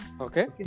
Okay